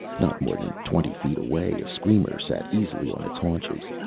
not more than twenty feet away, a screamer sat easily on its haunches.